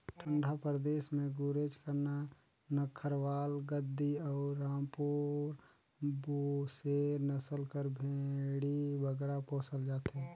ठंडा परदेस में गुरेज, करना, नक्खरवाल, गद्दी अउ रामपुर बुसेर नसल कर भेंड़ी बगरा पोसल जाथे